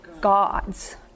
gods